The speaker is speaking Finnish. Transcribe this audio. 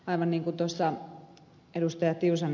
aivan niin kuin tuossa ed